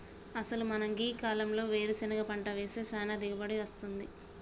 అసలు మనం గీ కాలంలో వేరుసెనగ పంట వేస్తే సానా దిగుబడి అస్తుంది